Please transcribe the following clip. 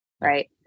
right